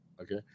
Okay